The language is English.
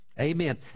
Amen